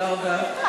לא,